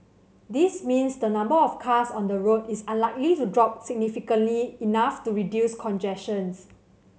this means the number of cars on the road is unlikely to drop significantly enough to reduce congestion